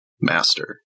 master